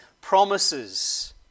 promises